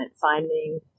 finding